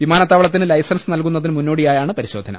വിമാനത്താവളത്തിന് ലൈസൻസ് നല്കുന്നതിന് മുന്നോ ടിയായാണ് പരിശോധന